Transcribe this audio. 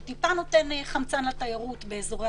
שהוא טיפה נותן חמצן לתיירות באזורי